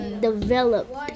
developed